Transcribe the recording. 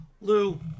Lou